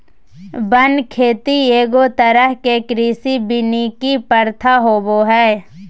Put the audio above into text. वन खेती एगो तरह के कृषि वानिकी प्रथा होबो हइ